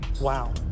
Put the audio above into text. Wow